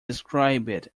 described